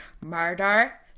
Murder